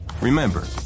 Remember